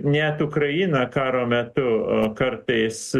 net ukraina karo metu kartais